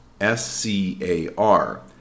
S-C-A-R